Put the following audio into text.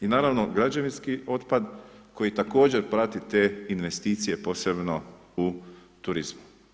I naravno građevinski otpad koji također prati te investicije posebno u turizmu.